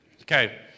Okay